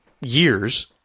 years